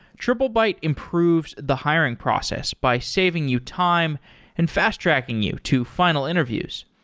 triplebyte improves the hiring process by saving you time and fast-tracking you to final interviews.